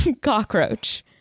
cockroach